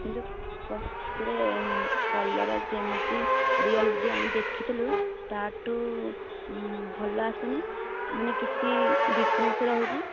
କିନ୍ତୁ ସେହିଥିରେ କଲର ଯେମିତି ରିଅଲ ରେ ଆମେ ଦେଖିଥିଲୁ ତାଠୁ ଭଲ ଆସିନି ମାନେ କିଛି ଡିଫରେନ୍ସ ରହୁଛି